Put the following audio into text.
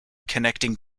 connecting